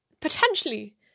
potentially